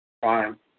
Fine